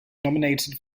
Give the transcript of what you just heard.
nominated